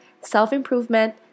self-improvement